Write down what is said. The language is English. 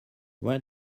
where